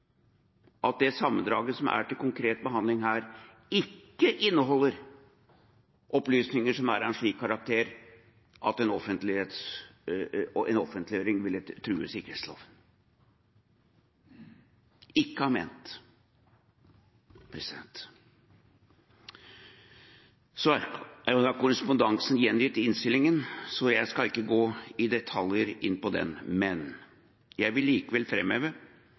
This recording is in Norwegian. at det sammendraget som er til konkret behandling her, ikke inneholder opplysninger som er av en slik karakter at en offentliggjøring ville true sikkerhetsloven – ikke har ment, president. Korrespondansen er gjengitt i innstillingen, så jeg skal ikke gå i detaljer inn på den. Men jeg vil likevel